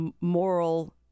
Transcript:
moral